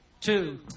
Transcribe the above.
two